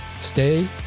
Stay